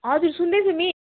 हजुर सुन्दैछु मिस